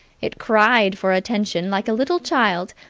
it cried for attention like a little child,